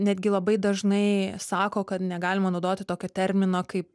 netgi labai dažnai sako kad negalima naudoti tokio termino kaip